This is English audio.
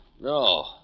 No